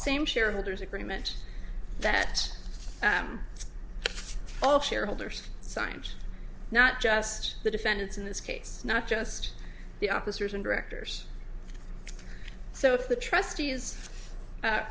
same shareholders agreement that all shareholders signed not just the defendants in this case not just the officers and directors so if the trustees